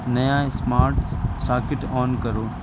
نیا smart socket on کرو